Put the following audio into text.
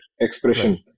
expression